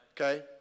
Okay